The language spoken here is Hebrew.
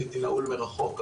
הייתי "נעול" מרחוק,